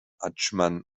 adschman